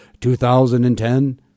2010